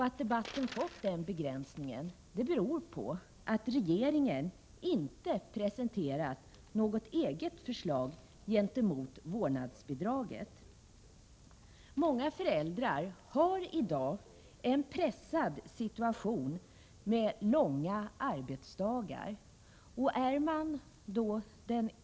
Att debatten fått den begränsningen beror på att regeringen inte presenterar något eget förslag som alternativ till vårdnadsbidraget. Många föräldrar har i dag en pressad situation med långa arbetsdagar.